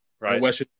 right